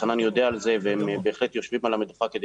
חנן יודע על זה והם בהחלט יושבים על המדוכה כדי